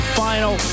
final